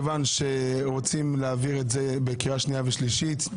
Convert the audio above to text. רוצים להעביר את זה בקריאה שנייה ושלישית,